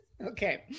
Okay